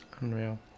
Unreal